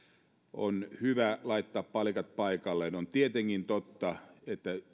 on hyvä laittaa palikat paikalleen on tietenkin totta että